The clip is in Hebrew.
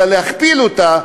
אלא להכפיל אותה,